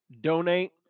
donate